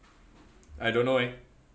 I don't know eh